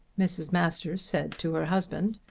mrs. masters said to her husband.